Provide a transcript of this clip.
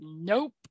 nope